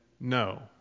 no